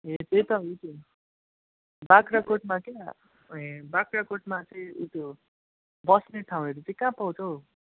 ए तपाईँ त्यो बाख्राकोटमा क्या ए बाख्राकोटमा चाहिँ ऊ त्यो बस्ने ठाउँहरू चाहिँ कहाँ पाउँछ हौ